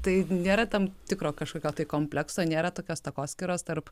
tai nėra tam tikro kažkokio komplekso nėra tokios takoskyros tarp